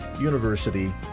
University